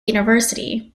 university